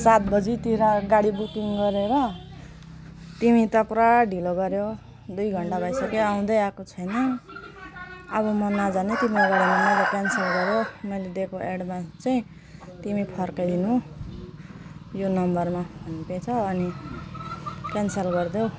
सात बजीतिर गाडी बुकिङ गरेर तिमी त पुरा ढिलो गऱ्यो दुई घन्टा भइसक्यो आउँदै आएको छैन अब म नजाने तिम्रो गाडीमा मेरो क्यान्सल गऱ्यो मैले दिएको एडभान्स चाहिँ तिमी फर्काइदिनु यो नम्बरमा फोन पे छ अनि क्यान्सल गरिदेऊ